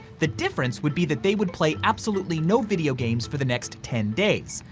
the difference would be that they would play absolutely no video games for the next ten days,